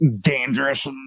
dangerous